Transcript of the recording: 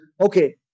okay